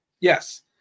Yes